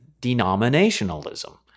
denominationalism